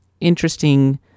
interesting